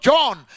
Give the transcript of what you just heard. John